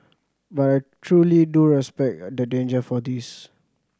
but I truly do respect the danger for this